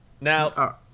Now